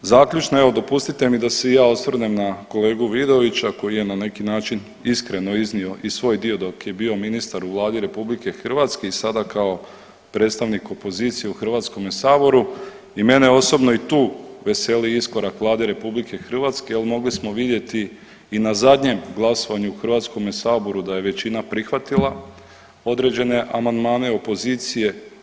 Zaključno, evo dopustite mi da se i ja osvrnem na kolegu Vidovića koji je na neki način iskreno iznio i svoj dio dok je bio ministar u Vladi RH i sada kao predstavnik opozicije u Hrvatskom saboru i mene osobno i tu veseli iskorak Vlade RH ali mogli smo vidjeti i na zadnjem glasovanju u Hrvatskom saboru da je većina prihvatila određene amandmane opozicije.